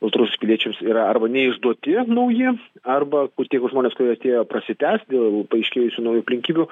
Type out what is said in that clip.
baltarusijos piliečiams arba neišduoti nauji arba kur tie jeigu žmonės kurie atėjo prasitęst dėl paaiškėjusių naujų aplinkybių